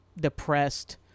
depressed